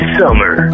summer